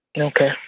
Okay